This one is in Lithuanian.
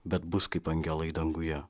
bet bus kaip angelai danguje